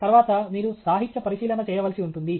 తర్వాత మీరు సాహిత్య పరిశీలన చేయవలసి ఉంటుంది